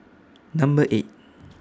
Number eight